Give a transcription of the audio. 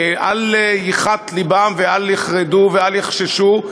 שאל ייחת לבם, ולא יחרדו ואל יחששו,